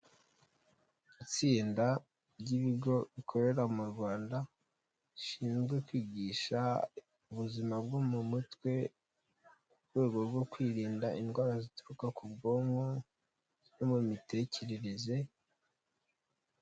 Itsinda ry'ibigo bikorera mu Rwanda, rishinzwe kwigisha ubuzima bwo mu mutwe, mu rwego rwo kwirinda indwara zituruka ku bwonko, no mu mitekerereze.